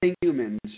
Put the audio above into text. humans